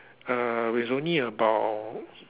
uh it's only about